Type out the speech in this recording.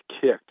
kicked